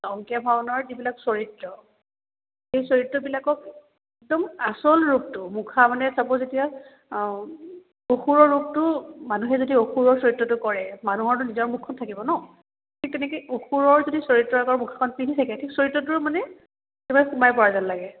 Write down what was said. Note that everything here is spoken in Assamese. অংকীয়া ভাওনাৰ যিবিলাক চৰিত্ৰ সেই চৰিত্ৰবিলাকক একদম আচল ৰূপটো মুখা মানে চাব যেতিয়া অসুৰৰ ৰূপটো মানুহে যদি অসুৰৰ চৰিত্ৰটো কৰে মানুহৰটো নিজৰ মুখখন থাকিব ন ঠিক তেনেকে অসুৰৰ যদি চৰিত্ৰ আগৰ মুখাখন পিন্ধি থাকে ঠিক চৰিত্ৰটোৰ মানে একেবাৰে সোমাই পৰা যেন লাগে